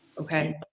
Okay